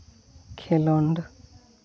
ᱠᱷᱮᱞᱚᱸᱰ